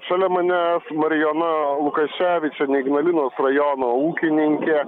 šalia manęs marijona lukaševičienė ignalinos rajono ūkininkė